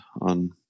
on